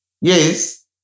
Yes